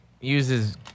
uses